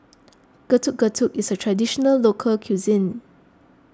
Getuk Getuk is a Traditional Local Cuisine